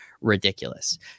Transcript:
ridiculous